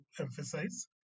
emphasize